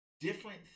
Different